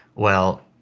well,